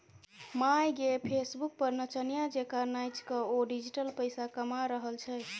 माय गे फेसबुक पर नचनिया जेंका नाचिकए ओ डिजिटल पैसा कमा रहल छै